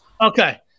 Okay